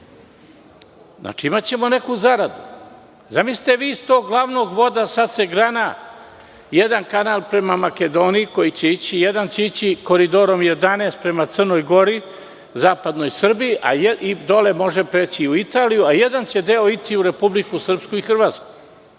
Imaćemo neku zaradu. Zamislite da se iz glavnog voda grana jedan kanal prema Makedoniji, jedan će ići Koridorom 11 prema Crnoj Gori, Zapadnoj Srbiji i može preći u Italiju, a jedan će deo ići u Republiku Srpsku i Hrvatsku.